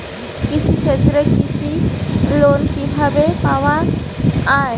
কৃষি ক্ষেত্রে কৃষি লোন কিভাবে পাওয়া য়ায়?